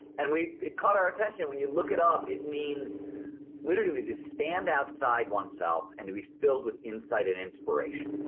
and it caught our attention when you look it up it means literally to stand outside one's self and to be filled with insight and inspiration.